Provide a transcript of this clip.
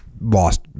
Lost